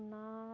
ᱚᱱᱟ